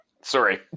Sorry